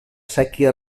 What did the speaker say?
séquia